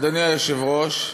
אדוני היושב-ראש.